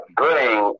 bring